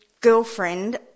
girlfriend